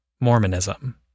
Mormonism